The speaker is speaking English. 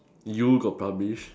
you got published